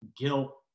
guilt